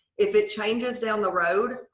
if it changes down the road,